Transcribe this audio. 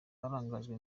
barangajwe